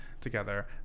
together